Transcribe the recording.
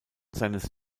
seines